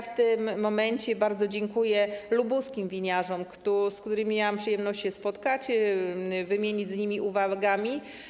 W tym momencie bardzo dziękuję lubuskim winiarzom, z którymi miałam przyjemność się spotkać, wymienić uwagami.